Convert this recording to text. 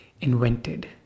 invented